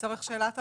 לצורך שאלת הבהרה.